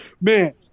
Man